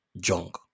junk